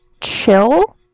chill